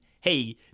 hey